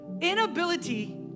inability